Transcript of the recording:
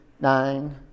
nine